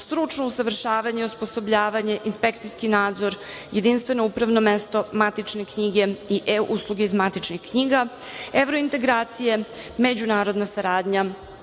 stručno usavršavanje, osposobljavanje, inspekcijski nadzor, jedinstveno upravno mesto, matične knjige i e-usluge iz matičnih knjiga, evrointegracije, međunarodna saradnja